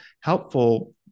helpful